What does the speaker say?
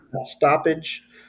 stoppage